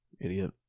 idiot